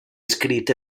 escrit